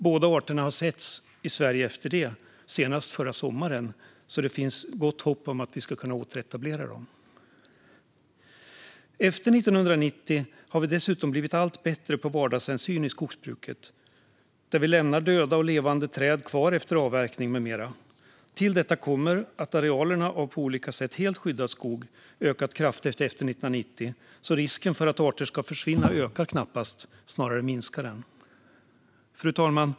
Båda arterna har setts i Sverige efter det, senast förra sommaren, så det finns gott hopp om att vi ska kunna återetablera dem. Efter 1990 har vi dessutom blivit allt bättre på vardagshänsyn i skogsbruket. Vi lämnar till exempel kvar döda och levande träd efter avverkning. Till detta kommer att arealerna av på olika sätt helt skyddad skog ökat kraftigt efter 1990. Risken för att arter ska försvinna ökar knappast. Snarare minskar den. Fru talman!